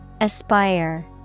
Aspire